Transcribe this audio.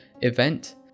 event